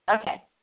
Okay